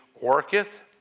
worketh